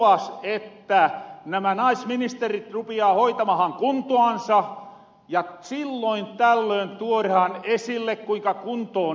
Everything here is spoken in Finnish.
risikko lupas että nämä naisministerit rupiaa hoitamahan kuntoansa ja silloin tällöin tuorahan esille kuinka kunto on eristyny